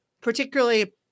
particularly